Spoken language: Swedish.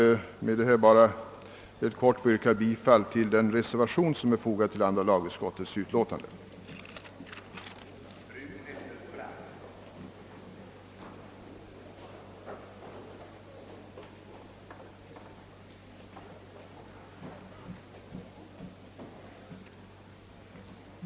Med det anförda ber jag att få yrka bifall till den vid andra lagutskottets utlåtande fogade reservationen.